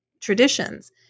traditions